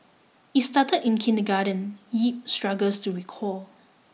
it started in kindergarten yip struggles to recall